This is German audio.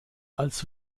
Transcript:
als